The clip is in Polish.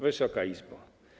Wysoka Izbo!